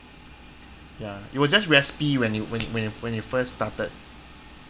ya it was just raspy when it when it when it first started